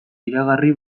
iragarri